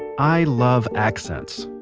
i love accents.